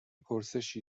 پرسشی